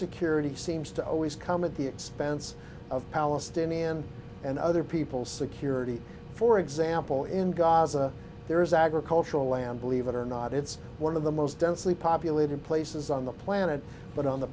security seems to always come at the expense of palestinian and other people security for example in gaza there is agricultural land believe it or not it's one of the most densely populated places on the planet but on the